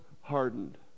hardened